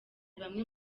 bamwe